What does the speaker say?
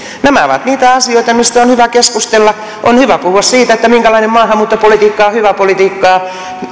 nämä ovat niitä asioita mistä on hyvä keskustella on hyvä puhua siitä minkälainen maahanmuuttopolitiikka on hyvää politiikkaa